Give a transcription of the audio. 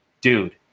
dude